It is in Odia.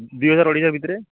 ଦୁଇ ହଜାର ଅଢ଼େଇ ହଜାର ଭିତରେ